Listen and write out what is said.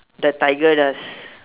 the tiger does